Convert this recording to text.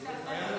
בנושא אחר,